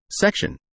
Section